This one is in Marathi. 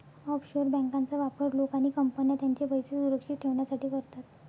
ऑफशोअर बँकांचा वापर लोक आणि कंपन्या त्यांचे पैसे सुरक्षित ठेवण्यासाठी करतात